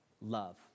love